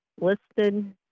listed